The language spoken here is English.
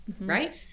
right